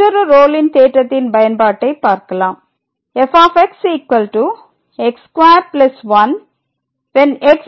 மற்றொரு ரோலின் தேற்றத்தின் பயன்பாட்டை பார்க்கலாம் fxx21 x∈01 3 x